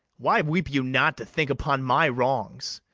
why weep you not to think upon my wrongs?